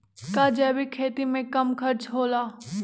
का जैविक खेती में कम खर्च होला?